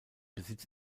besitz